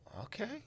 okay